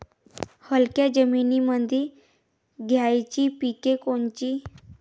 हलक्या जमीनीमंदी घ्यायची पिके कोनची?